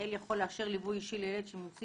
המנהל יכול לאשר ליווי אישי לילד שמוציא